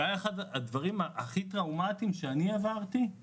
הדברים הכי טראומטיים שעברתי הוא